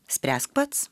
spręsk pats